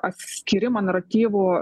atskyrimą naratyvų